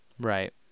Right